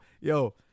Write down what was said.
Yo